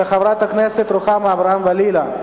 של חברת הכנסת רוחמה אברהם-בלילא.